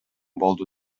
болду